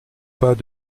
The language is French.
pas